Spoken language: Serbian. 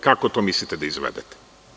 Kako to mislite da izvedete?